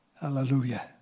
Hallelujah